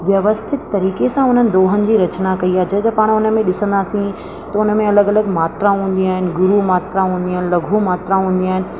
व्यवस्थित तरीक़े सां दोहनि जी रचना कई आहे जेके पाण उन में ॾिसंदासीं त उन में अलॻि अलॻि मात्राऊं हूंदियूं आहिनि गुरु मात्रा हूंदियूं आहिनि लघु मात्रा हूंदियूं आहिनि